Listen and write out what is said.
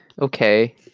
okay